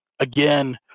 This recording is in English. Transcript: again